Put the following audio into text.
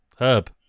Herb